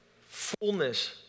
fullness